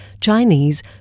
Chinese